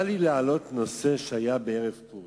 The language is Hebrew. מה לי להעלות נושא שהיה בערב פורים?